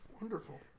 Wonderful